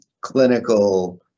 clinical